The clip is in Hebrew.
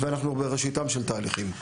ואנחנו בראשיתם של תהליכים.